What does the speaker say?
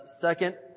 second